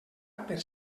per